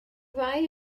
ddau